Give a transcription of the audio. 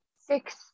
six